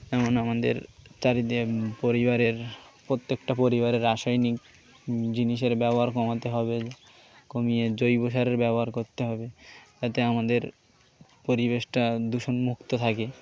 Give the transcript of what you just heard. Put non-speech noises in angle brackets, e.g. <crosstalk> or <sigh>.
যেমন আমাদের চারি <unintelligible> পরিবারের প্রত্যেকটা পরিবারে রাসায়নিক জিনিসের ব্যবহার কমাতে হবে কমিয়ে জৈব সারের ব্যবহার করতে হবে তাতে আমাদের পরিবেশটা দূষণমুক্ত থাকে